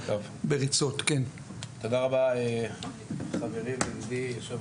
תודה רבה, חברי וידידי יו"ר